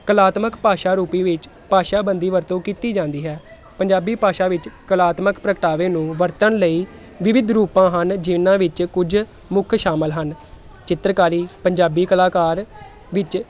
ਕਲਾਤਮਕ ਭਾਸ਼ਾ ਰੂਪੀ ਵਿੱਚ ਭਾਸ਼ਾ ਬੰਦੀ ਵਰਤੋਂ ਕੀਤੀ ਜਾਂਦੀ ਹੈ ਪੰਜਾਬੀ ਭਾਸ਼ਾ ਵਿੱਚ ਕਲਾਤਮਕ ਪ੍ਰਗਟਾਵੇ ਨੂੰ ਵਰਤਣ ਲਈ ਵਿਵਿਦ ਰੂਪਾਂ ਹਨ ਜਿਨ੍ਹਾਂ ਵਿੱਚ ਕੁਝ ਮੁੱਖ ਸ਼ਾਮਿਲ ਹਨ ਚਿੱਤਰਕਾਰੀ ਪੰਜਾਬੀ ਕਲਾਕਾਰ ਵਿੱਚ